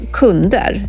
kunder